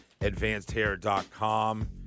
AdvancedHair.com